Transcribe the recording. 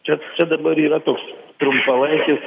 čia čia dabar yra toks trumpalaikis